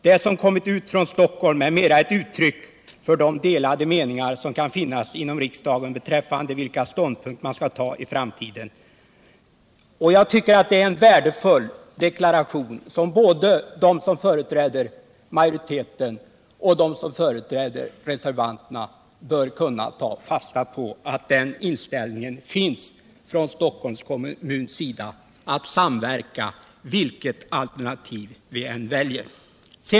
Det som har framförts från kommunen är mera ett uttryck för de delade meningar som kan finnas inom riksdagen beträffande vilken ståndpunkt man skall ta i framtiden. Både de som företräder majoriteten och de som företräder reservanterna bör kunna ta fasta på Stockholms kommuns inställning att vilja samverka vilket alternativ vi än väljer.